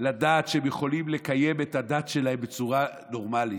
לדעת שהם יכולים לקיים את הדת שלהם בצורה נורמלית.